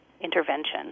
intervention